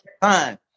fine